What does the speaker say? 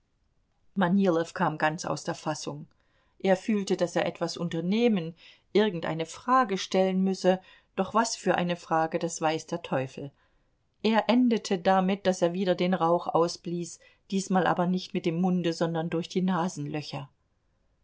manilow kam ganz aus der fassung er fühlte daß er etwas unternehmen irgendeine frage stellen müsse doch was für eine frage das weiß der teufel er endete damit daß er wieder den rauch ausblies diesmal aber nicht mit dem munde sondern durch die nasenlöcher